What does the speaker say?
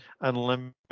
unlimited